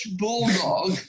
bulldog